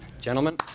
Gentlemen